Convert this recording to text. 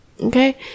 okay